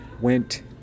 went